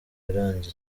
yaranze